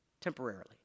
temporarily